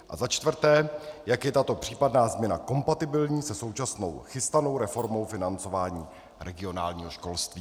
A za čtvrté, jak je tato případná změna kompatibilní se současnou chystanou reformou financování regionálního školství.